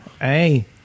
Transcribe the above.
Hey